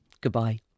Goodbye